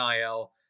NIL